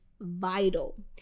vital